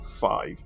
five